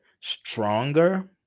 stronger